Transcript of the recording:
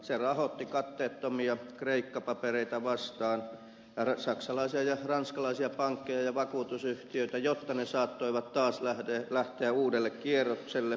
se rahoitti katteettomia kreikka papereita vastaan saksalaisia ja ranskalaisia pankkeja ja vakuutusyhtiöitä jotta ne saattoivat taas lähteä uudelle kierrokselle tuossa hötörahataloudessa